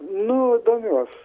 nu domiuos